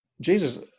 Jesus